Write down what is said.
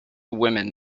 women